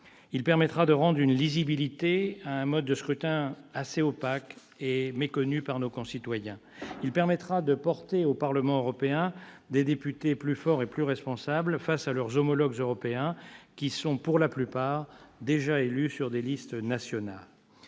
il permettra de donner de la lisibilité à un mode de scrutin assez opaque et méconnu par nos concitoyens ; il permettra, enfin, de porter au Parlement européen des députés plus forts et plus responsables face à leurs homologues européens, qui sont, pour la plupart, déjà élus sur des listes nationales.